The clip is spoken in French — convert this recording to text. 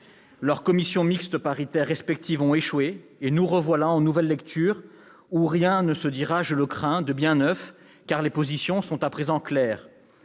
Leurs commissions mixtes paritaires respectives ont échoué, et nous revoilà en nouvelle lecture où rien ne se dira, je le crains, de bien neuf, car les positions sont à présent claires.